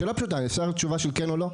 שאלה פשוטה, אפשר תשובה של כן או לא?